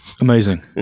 Amazing